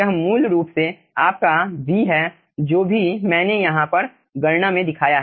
यह मूल रूप से आपका v है जो भी मैंने यहां पर गणना में दिखाया है